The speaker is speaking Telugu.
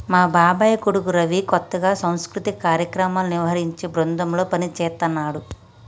మా బాబాయ్ కొడుకు రవి కొత్తగా సాంస్కృతిక కార్యక్రమాలను నిర్వహించే బృందంలో పనిజేత్తన్నాడు